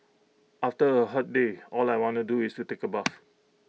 after A hot day all I want to do is to take A bath